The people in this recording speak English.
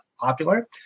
popular